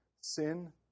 sin